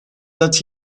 that